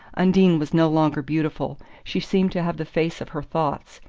undine was no longer beautiful she seemed to have the face of her thoughts.